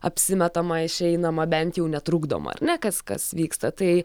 apsimetama išeinama bent jau netrukdoma ar ne kas kas vyksta tai